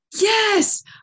Yes